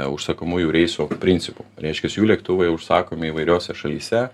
užsakomųjų reisų principu reiškias jų lėktuvai užsakomi įvairiose šalyse